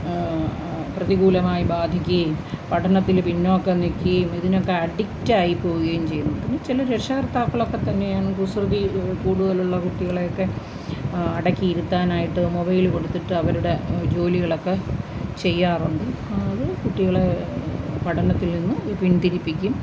പ്രതികൂലമായി ബാധിക്കുകയും പഠനത്തിൽ പിന്നോക്കം നിൽക്കുകയും ഇതിനൊക്കെ അഡിക്റ്റായി പോകുകയും ചെയ്യുന്നു പിന്നെ ചില രക്ഷകർത്താക്കളൊക്കെ തന്നെയാണ് കുസൃതി കൂടുതലുള്ള കുട്ടികളെയൊക്കെ അടക്കി ഇരുത്താനായിട്ട് മൊബൈൽ കൊടുത്തിട്ട് അവരുടെ ജോലികളൊക്കെ ചെയ്യാറുണ്ട് അത് കുട്ടികളെ പഠനത്തിൽ നിന്ന് പിൻതിരിപ്പിക്കും